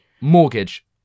Mortgage